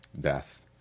death